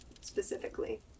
specifically